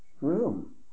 room